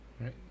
right